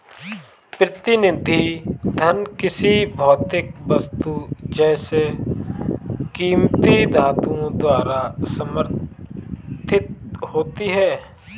प्रतिनिधि धन किसी भौतिक वस्तु जैसे कीमती धातुओं द्वारा समर्थित होती है